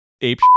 ape